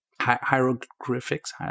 hieroglyphics